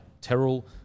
Terrell